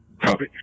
Copy